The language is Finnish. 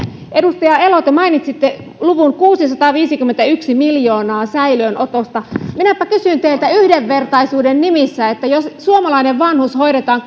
edustaja elo te mainitsitte luvun kuusisataaviisikymmentäyksi miljoonaa säilöönotosta minäpä kysyn teiltä yhdenvertaisuuden nimissä jos suomalainen vanhus hoidetaan